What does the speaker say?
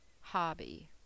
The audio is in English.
hobby